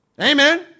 Amen